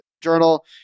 journal